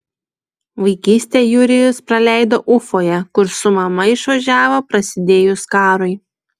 vaikystę jurijus praleido ufoje kur su mama išvažiavo prasidėjus karui